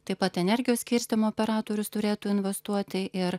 taip pat energijos skirstymo operatorius turėtų investuoti ir